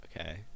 Okay